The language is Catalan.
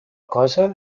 cosa